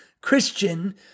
Christian